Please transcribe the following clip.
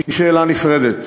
היא שאלה נפרדת.